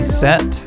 set